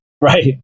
right